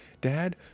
dad